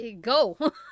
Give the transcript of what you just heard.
go